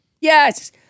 Yes